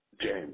James